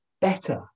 better